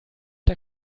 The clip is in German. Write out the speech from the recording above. der